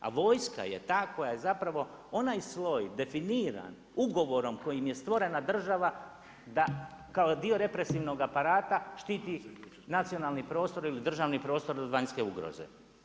A vojska je ta koja je zapravo onaj sloj definiran ugovorom kojim je stvorena država da kao dio represivnoga aparata štiti nacionalni prostor ili državni prostor od vanjske ugroze.